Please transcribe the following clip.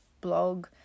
blog